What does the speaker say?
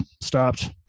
Stopped